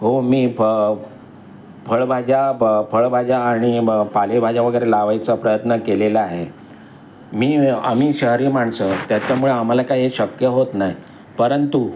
हो मी फळभाज्या फळभाज्या आणि पालेभाज्या वगैरे लावायचा प्रयत्न केलेला आहे मी आम्ही शहरी माणसं त्याच्यामुळे आम्हाला काही शक्य होत नाही परंतु